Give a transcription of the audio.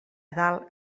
dalt